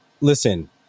Listen